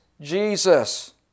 Jesus